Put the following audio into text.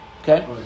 Okay